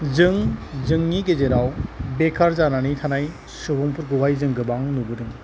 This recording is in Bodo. जों जोंनि गेजेराव बेकार जानानै थानाय सुबुंफोरखौहाय जों गोबां नुबोदों